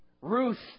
Ruth